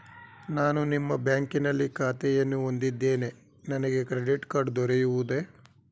ನಾನು ನಿಮ್ಮ ಬ್ಯಾಂಕಿನಲ್ಲಿ ಖಾತೆಯನ್ನು ಹೊಂದಿದ್ದೇನೆ ನನಗೆ ಕ್ರೆಡಿಟ್ ಕಾರ್ಡ್ ದೊರೆಯುವುದೇ?